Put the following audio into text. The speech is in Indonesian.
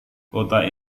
kota